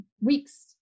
weeks